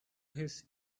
his